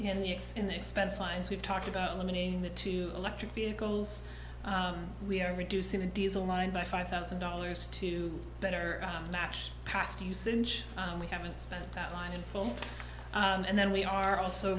in the skin the expense lines we've talked about eliminating the two electric vehicles we are reducing the diesel line by five thousand dollars to better match past usage and we haven't spent that line in full and then we are also